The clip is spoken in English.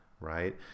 right